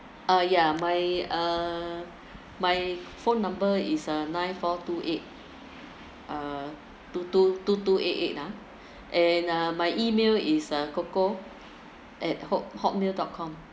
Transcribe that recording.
uh yeah my uh my phone number is uh nine four two eight uh two two two two eight eight ah and uh my email is uh coco at hop hotmail dot com